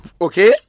Okay